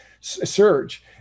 surge